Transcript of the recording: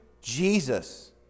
jesus